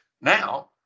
now